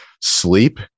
sleep